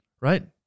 right